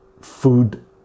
food